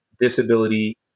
disability